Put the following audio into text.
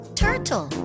turtle